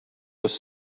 was